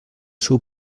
seu